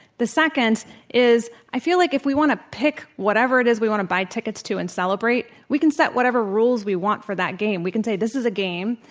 the second is, i feel like if we want to pick whatever it is we want to buy tickets to and celebrate, we can set whatever rules we want for that game. we can say, this is a game,